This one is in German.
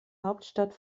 hauptstadt